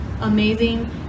amazing